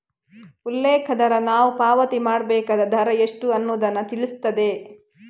ಉಲ್ಲೇಖ ದರ ನಾವು ಪಾವತಿ ಮಾಡ್ಬೇಕಾದ ದರ ಎಷ್ಟು ಅನ್ನುದನ್ನ ತಿಳಿಸ್ತದೆ